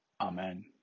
Amen